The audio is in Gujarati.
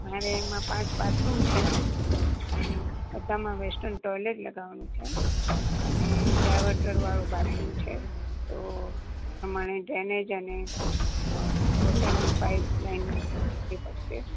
મારે એમાં પાંચ બાથરૂમ છે અને બધામાં વેસ્ટ્ન ટોયલેટ લગાવવાનું અને ડાયવોટરવાળું બાથરૂમ છે તો એ પ્રમાણે ડ્રેનેજ અને વોટરની પાઈપલાઈન નાખવી પડશે